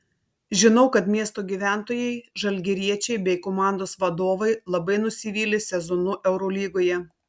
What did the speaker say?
žinau kad miesto gyventojai žalgiriečiai bei komandos vadovai labai nusivylė sezonu eurolygoje